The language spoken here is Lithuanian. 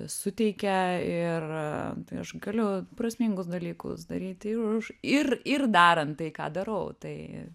suteikė ir tai aš galiu prasmingus dalykus daryti ir už ir ir darant tai ką darau tai